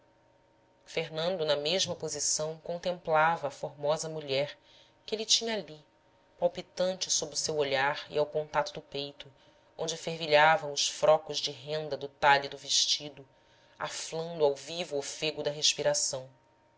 fernando na mesma posição contemplava a formosa mulher que ele tinha ali palpitante sob o seu olhar e ao contato do peito onde fervilhavam os frocos de renda do talhe do vestido aflando ao vivo ofego da respiração